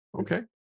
Okay